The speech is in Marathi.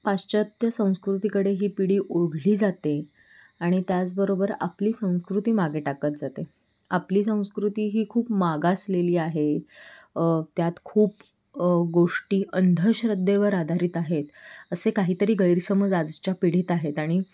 पाश्चात्त्य संस्कृतीकडे ही पिढी ओढली जाते आणि त्याचबरोबर आपली संस्कृती मागे टाकत जाते आपली संस्कृती ही खूप मागासलेली आहे त्यात खूप गोष्टी अंधश्रद्धेवर आधारित आहेत असे काहीतरी गैरसमज आजच्या पिढीत आहेत आणि